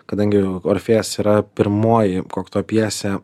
kadangi orfėjas yra pirmoji kokto pjesė